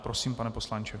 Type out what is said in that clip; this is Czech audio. Prosím, pane poslanče.